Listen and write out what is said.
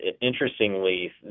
interestingly